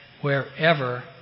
wherever